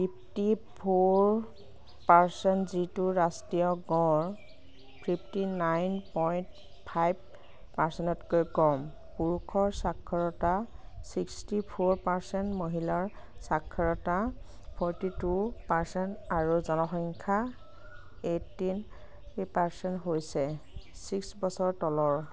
fifty four percent যিটো ৰাষ্ট্ৰীয় গড় ফিফ্টি নাইন পইণ্ট ফাইভ পাৰ্চেণ্টতকৈ কম পুৰুষৰ সাক্ষৰতা ছিক্সটি ফ'ৰ পাৰ্চেণ্ট মহিলাৰ সাক্ষৰতা ফ'ৰ্টী টু পাৰ্চেণ্ট আৰু জনসংখ্যা এইটীন পাৰ্চেণ্ট হৈছে ছিক্স বছৰৰ তলৰ